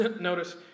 Notice